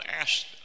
asked